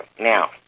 Now